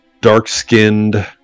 dark-skinned